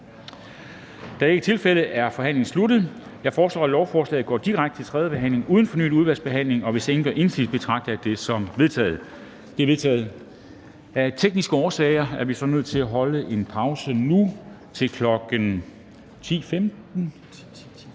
Da det ikke er tilfældet, er forhandlingen sluttet. Jeg foreslår, at lovforslaget går direkte til tredje behandling uden fornyet udvalgsbehandling, og hvis ingen gør indsigelse, betragter jeg det som vedtaget. Det er vedtaget. --- Kl. 10:01 Meddelelser fra formanden Formanden (Henrik Dam